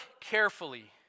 carefully